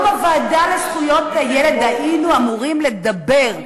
בוועדה לזכויות הילד היינו אמורים לדבר --- אורלי,